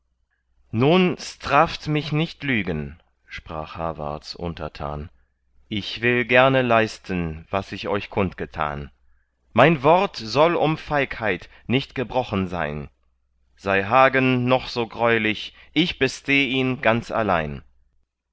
nun straft mich nicht lügen sprach hawarts untertan ich will gerne leisten was ich euch kundgetan mein wort soll um feigheit nicht gebrochen sein sei hagen noch so greulich ich besteh ihn ganz allein